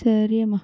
ಸರಿಯಮ್ಮ